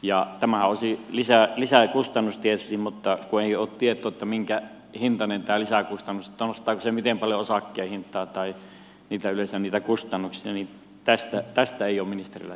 tämähän olisi lisäkustannus tietysti mutta kun ei ole tietoa minkä hintainen tämä lisäkustannus on nostaako se miten paljon osakkeen hintaa tai yleensä niitä kustannuksia tästä ei ole ministerillä tietoa vai onko